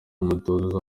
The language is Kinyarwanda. mutoza